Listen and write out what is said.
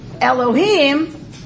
Elohim